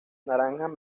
naranjas